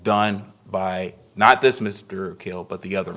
done by not this mr kill but the other